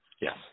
yes